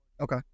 Okay